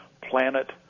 planet